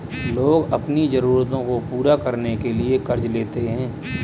लोग अपनी ज़रूरतों को पूरा करने के लिए क़र्ज़ लेते है